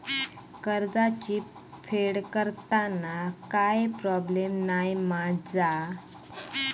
कर्जाची फेड करताना काय प्रोब्लेम नाय मा जा?